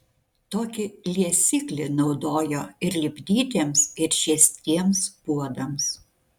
tokį liesiklį naudojo ir lipdytiems ir žiestiems puodams